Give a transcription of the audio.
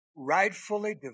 Rightfully